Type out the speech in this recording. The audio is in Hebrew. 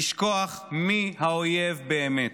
לשכוח מי האויב באמת,